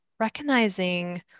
recognizing